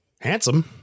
Handsome